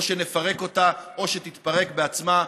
או שנפרק אותה או שתתפרק בעצמה,